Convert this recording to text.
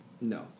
No